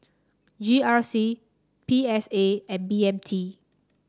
G R C P S A and B M T